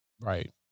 Right